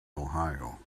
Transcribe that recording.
ohio